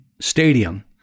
Stadium